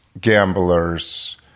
gamblers